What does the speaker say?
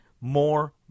more